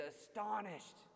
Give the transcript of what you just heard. astonished